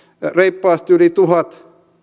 reippaasti yli tuhat